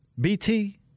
BT